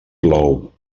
plou